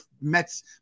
Mets